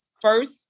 first